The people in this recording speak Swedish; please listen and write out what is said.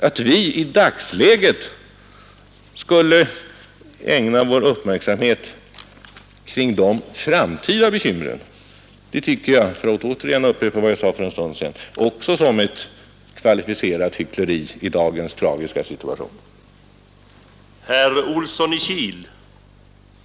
Att vi i dagens läge skulle ägna vår uppmärksamhet åt dessa framtida bekymmer tycker jag — för att här upprepa vad jag sade för en stund sedan — också är ett kvalificerat hyckleri i den tragiska situation som nu råder.